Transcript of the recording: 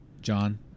John